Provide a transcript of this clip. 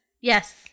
Yes